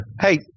Hey